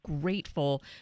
grateful